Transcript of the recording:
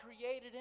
created